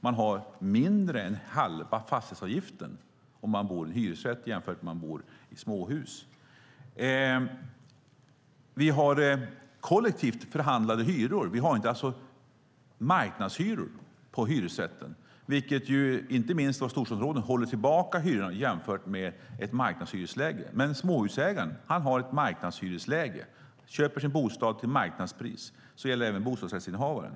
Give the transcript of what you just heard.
Man har mindre än halva fastighetsavgiften om man bor i hyresrätt jämfört med om man bor i småhus. Vi har kollektivt förhandlade hyror. Vi har alltså inte marknadshyror på hyresrätten vilket, inte minst i storstadsområdena, håller tillbaka hyrorna jämfört med ett marknadshyresläge. Men småhusägaren har ett marknadshyresläge och köper sin bostad till marknadspris. Det gäller även bostadsrättsinnehavaren.